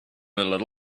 him